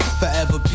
forever